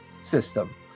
system